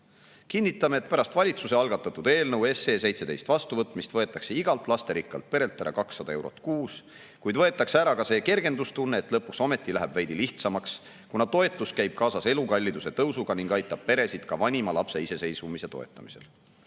Kinnitame, et pärast valitsuse algatatud eelnõu SE 17 vastuvõtmist võetakse igalt lasterikkalt perelt ära 200 eurot kuus, kuid võetakse ära ka see kergendustunne, et lõpuks ometi läheb veidi lihtsamaks, kuna toetus käib kaasas elukalliduse tõusuga ning aitab peresid ka vanima lapse iseseisvumise toetamisel.